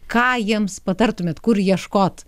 ką jiems patartumėt kur ieškot